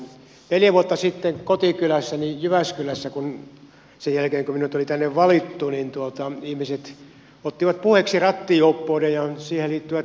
neljä vuotta sitten kotikylässäni jyväskylässä sen jälkeen kun minut oli tänne valittu ihmiset ottivat puheeksi rattijuoppouden ja siihen liittyvät rangaistukset